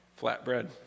Flatbread